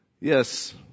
Yes